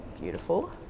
Beautiful